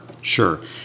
sure